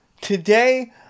Today